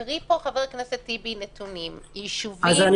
הקריא פה חבר הכנסת טיבי נתונים ישובים,